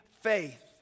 faith